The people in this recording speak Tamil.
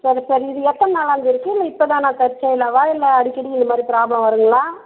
சரி சரி இது எத்தனை நாளாங்க இருக்குது இல்லை இப்போ தானா தற்செயலாகவா இல்லை அடிக்கடி இதுமாதிரி பிராப்ளம் வருங்களா